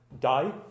die